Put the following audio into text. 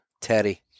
Teddy